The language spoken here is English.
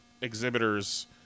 exhibitor's